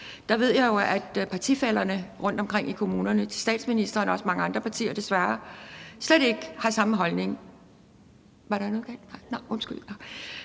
Jeg ved jo, at partifællerne rundtomkring i kommunerne, statsministeren og mange andre partier desværre slet ikke har samme holdning